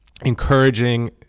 encouraging